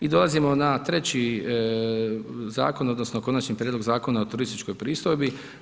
I dolazimo na treći zakon odnosno Konačni prijedlog Zakona o turističkoj pristojbi.